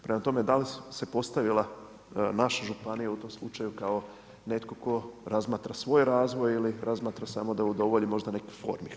Prema tome, da li se postavila naša županija u tom slučaju kao netko tko razmatra svoj razvoj ili razmatra samo da udovolji nekoj formi.